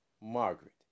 Margaret